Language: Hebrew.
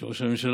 של ראש הממשלה,